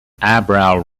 eyebrow